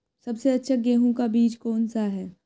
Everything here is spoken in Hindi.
सबसे अच्छा गेहूँ का बीज कौन सा है?